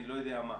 אני לא יודע מה.